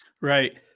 Right